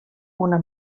una